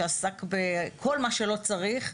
שעסק בכל מה שלא צריך.